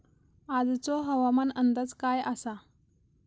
आजचो हवामान अंदाज काय आसा?